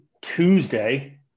Tuesday